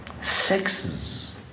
sexes